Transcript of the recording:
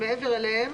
שמעבר אליהם